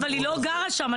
אבל היא לא גרה שמה,